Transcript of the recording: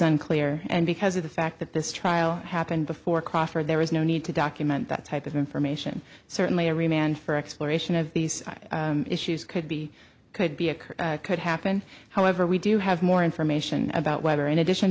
unclear and because of the fact that this trial happened before crawford there is no need to document that type of information certainly every man for exploration of these issues could be could be occur could happen however we do have more information about whether in addition